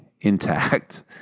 intact